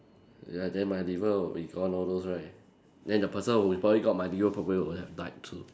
ya then my liver would be gone all those right then the person who probably got my liver probably would have died too